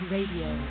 Radio